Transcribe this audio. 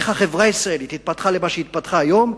איך החברה הישראלית התפתחה למה שהיא התפתחה היום,